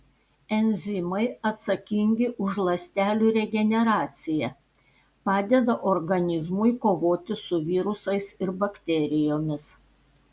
enzimai atsakingi už ląstelių regeneraciją padeda organizmui kovoti su virusais ir bakterijomis